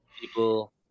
people